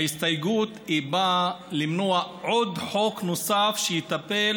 ההסתייגות באה למנוע חוק נוסף שיטפל